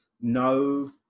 no